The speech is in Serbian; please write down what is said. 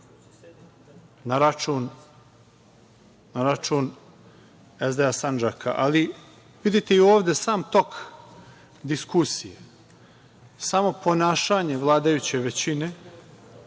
na račun SDA Sandžaka. Vidite, i ovde sam tok diskusije, samo ponašanje vladajuće većine